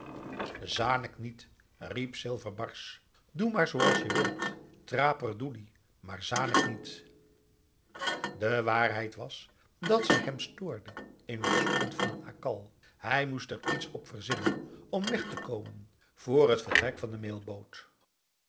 zanik niet riep silver barsch doe maar zooals je wilt traperdoeli maar zanik niet de waarheid was dat zij hem stoorde in het zoeken naar een akal hij moest er iets op verzinnen om weg te komen vr het vertrek van de